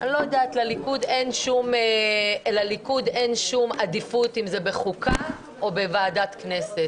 לליכוד אין שום עדיפות אם זה בוועדת החוקה או בוועדת הכנסת.